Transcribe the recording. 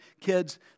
Kids